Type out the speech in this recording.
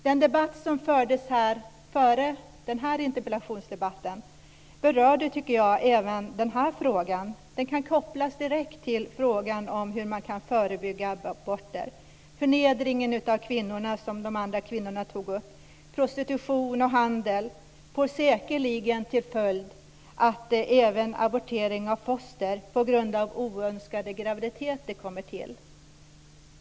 Den debatt som fördes här före den här interpellationsdebatten berörde, tycker jag, även den här frågan. Den kan kopplas direkt till frågan om hur man kan förebygga aborter. Förnedring av kvinnor, som de andra kvinnorna tog upp, prostitution och handel får säkerligen till följd att det sker abortering av foster på grund av att oönskade graviditeter kommer till.